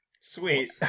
Sweet